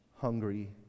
hungry